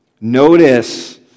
Notice